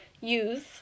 use